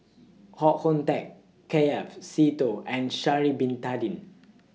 Koh Hoon Teck K F Seetoh and Sha'Ari Bin Tadin